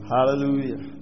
Hallelujah